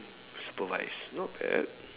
supervise nope err